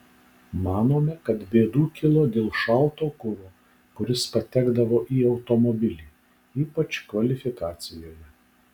manome kad bėdų kilo dėl šalto kuro kuris patekdavo į automobilį ypač kvalifikacijoje